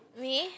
me